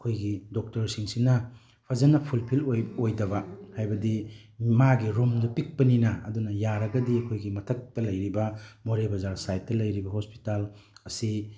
ꯑꯩꯈꯣꯏꯒꯤ ꯗꯣꯛꯇꯔꯁꯤꯡꯁꯤꯅ ꯐꯖꯅ ꯐꯨꯜꯐꯤꯜ ꯑꯣꯏꯗꯕ ꯍꯥꯏꯕꯗꯤ ꯃꯥꯒꯤ ꯔꯨꯝꯗꯨ ꯄꯤꯛꯄꯅꯤꯅ ꯑꯗꯨꯅ ꯌꯥꯔꯒꯗꯤ ꯑꯩꯈꯣꯏꯒꯤ ꯃꯊꯛꯇ ꯂꯩꯔꯤꯕ ꯃꯣꯔꯦ ꯕꯖꯥꯔ ꯁꯥꯏꯠꯇ ꯂꯩꯔꯤꯕ ꯍꯣꯁꯄꯤꯇꯥꯜ ꯑꯁꯤ